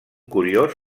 curiós